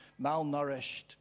malnourished